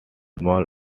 small